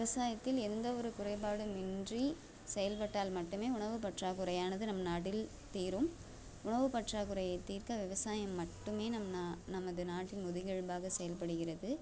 விவசாயத்தில் எந்த ஒரு குறைபாடுமின்றி செயல்பட்டால் மட்டுமே உணவு பற்றாக்குறையானது நம் நாட்டில் தீரும் உணவு பற்றாக்குறையை தீர்க்க விவசாயம் மட்டுமே நம் நா நமது நாட்டின் முதுகெலும்பாக செயல்படுகிறது